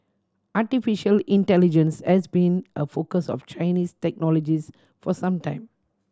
artificial intelligence has been a focus of Chinese technologists for some time